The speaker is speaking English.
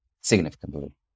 significantly